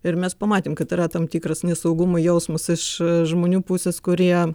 ir mes pamatėm kad yra tam tikras nesaugumo jausmas iš žmonių pusės kurie